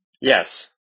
Yes